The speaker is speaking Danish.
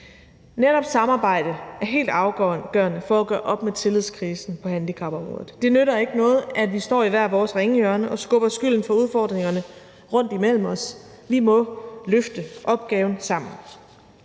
Netop samarbejde er helt afgørende for at gøre op med tillidskrisen på handicapområdet. Det nytter ikke noget, at vi står i hver vores ringhjørne og skubber skylden for udfordringerne rundt imellem os – vi må løfte opgaven sammen.